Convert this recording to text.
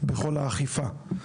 בכל האכיפה.